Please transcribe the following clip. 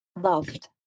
loved